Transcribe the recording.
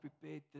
prepared